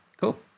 cool